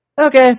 okay